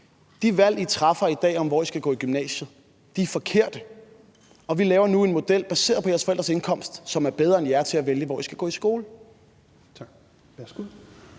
De valg, I træffer i dag, om, hvor I skal gå i gymnasiet, er forkerte, og vi laver nu en model baseret på jeres forældres indkomst, som er bedre end jer til at vælge, hvor I skal gå i skole. Kl. 17:08